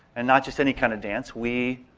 and not just any kind of dance, we